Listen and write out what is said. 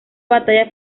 batalla